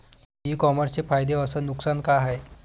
इ कामर्सचे फायदे अस नुकसान का हाये